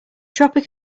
tropic